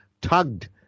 tugged